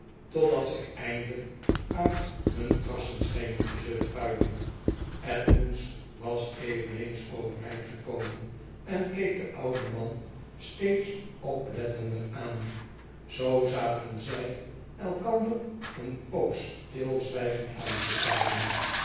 totdat zij eindelijk uit hun kassen schenen te zullen puilen edmunds was eveneens overeind gekomen en keek den ouden man steeds oplettender aan zoo zaten zij elkander een poos stilzwijgend aan te staren